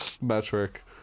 metric